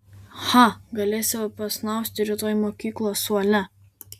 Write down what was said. cha galėsi pasnausti rytoj mokyklos suole